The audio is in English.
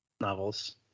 Novels